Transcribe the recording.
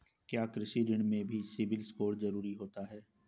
क्या कृषि ऋण में भी सिबिल स्कोर जरूरी होता है?